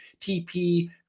TP